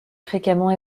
fréquemment